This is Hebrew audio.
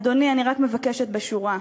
אדוני, אני רק מבקשת בשוּרה.